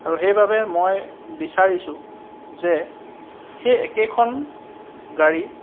আৰু সেইবাবে মই বিচাৰিছো যে সেই একেখন গাড়ী